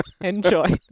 Enjoy